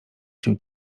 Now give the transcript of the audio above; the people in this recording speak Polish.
się